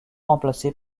remplacés